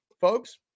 folks